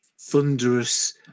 thunderous